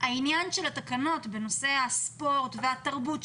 העניין של התקנות בנושא הספורט והתרבות,